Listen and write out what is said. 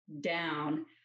down